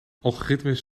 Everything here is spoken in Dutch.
algoritmes